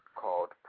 called